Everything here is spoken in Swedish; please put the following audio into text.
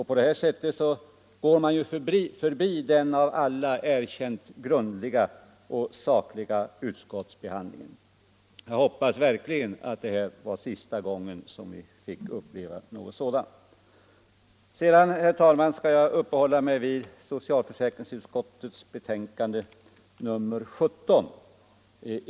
På det sättet går man ju förbi den av alla erkänt grundliga och sakliga utskottsbehandlingen. Jag hoppas verkligen att det var sista gången vi fick uppleva någonting sådant. Sedan skall jag, herr talman, uppehålla mig vid socialförsäkringsutskottets betänkande nr 17.